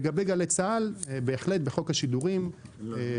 לגבי גלי צה"ל בהחלט בחוק השידורים שנביא